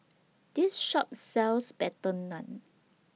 This Shop sells Butter Naan